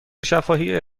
شفاهی